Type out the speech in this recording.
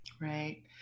Right